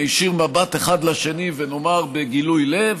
נישיר מבט אחד לשני ונאמר בגילוי לב,